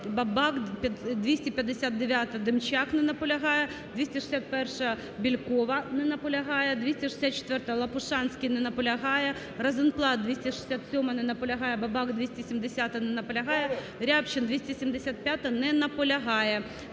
Бабак. 259-а, Демчак. Не наполягає. 261-а, Бєлькова. Не наполягає. 264-а, Лопушанський. Не наполягає. Розенблат, 267-а. Не наполягає. Бабак, 270-а. Не наполягає. Рябчин, 275-а. Не наполягає.